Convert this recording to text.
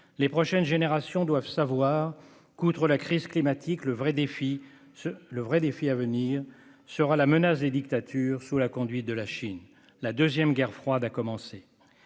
Les prochaines générations doivent savoir que, outre la crise climatique, le vrai défi à venir sera la menace des dictatures sous la conduite de la Chine. La deuxième guerre froide a commencé.